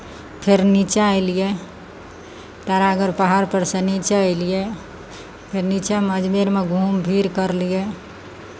फेर नीचाँ एलियै तारागढ़ पहाड़पर सँ नीचाँ एलियै फेर नीचाँमे अजमेरमे घूम फिर करलियै